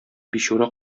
бичура